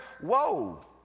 whoa